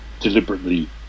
deliberately